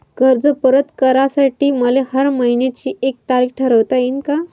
कर्ज परत करासाठी मले हर मइन्याची एक तारीख ठरुता येईन का?